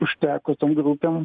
užteko tom grupėm